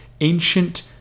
ancient